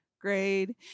grade